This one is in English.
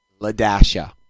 LaDasha